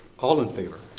all in favor?